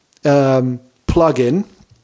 plugin